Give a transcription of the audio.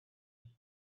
and